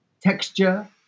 texture